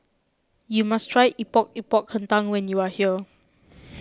you must try Epok Epok Kentang when you are here